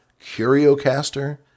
Curiocaster